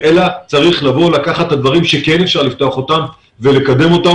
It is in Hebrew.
צריך לקחת את הדברים שכן אפשר לפתוח אותם ולקדם אותם